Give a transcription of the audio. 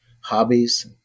Hobbies